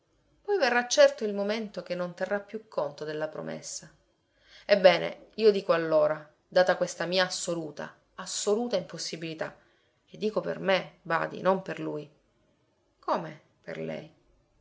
poi verrà certo il momento che non terrà più conto della promessa ebbene io dico allora data questa mia assoluta assoluta impossibilità e dico per me badi non per lui come per lei